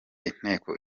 inteko